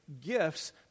gifts